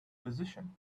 position